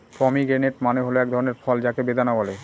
pomegranate মানে হল এক ধরনের ফল যাকে বেদানা বলে